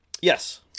Yes